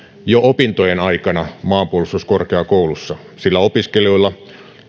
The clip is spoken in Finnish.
jo opintojen aikana maanpuolustuskorkeakoulussa sillä opiskelijoilla